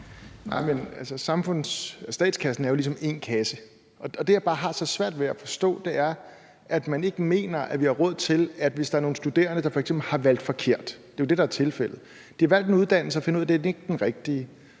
statskassen er jo ligesom én kasse, og det, jeg bare har så svært ved at forstå, er, at man ikke mener, at vi har råd til, hvis der er nogle studerende, der f.eks. har valgt forkert. Det er jo det, der er tilfældet. De har valgt en uddannelse og finder ud af, det ikke er den rigtige,